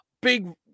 big